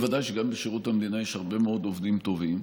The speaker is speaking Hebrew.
ודאי שגם בשירות המדינה יש הרבה מאוד עובדים טובים.